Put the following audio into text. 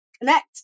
Connect